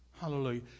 hallelujah